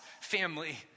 family